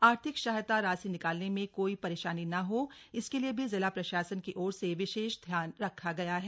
आर्थिक सहायता राशि निकालने में कोई परेशानी न हो इसके लिए भी जिला प्रशासन की ओर से विशेष ध्यान रखा गया है